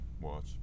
watch